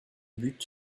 but